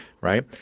right